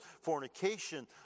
fornication